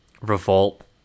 Revolt